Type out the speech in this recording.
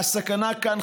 הסכנה כאן,